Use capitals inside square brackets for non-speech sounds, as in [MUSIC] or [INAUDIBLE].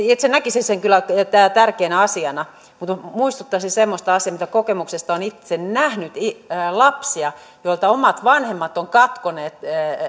[UNINTELLIGIBLE] itse näkisin sen kyllä tärkeänä asiana mutta muistuttaisin semmoisesta asiasta minkä kokemuksesta olen itse nähnyt lapsista joilta omat vanhemmat ovat katkoneet